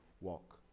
walk